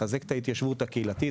לחזק את ההתיישבות הקהילתית,